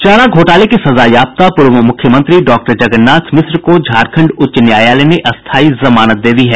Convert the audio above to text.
चारा घोटाले के सजायाफ्ता पूर्व मुख्यमंत्री डॉक्टर जगन्नाथ मिश्र को झारखंड उच्च न्यायालय ने स्थायी जमानत दे दी है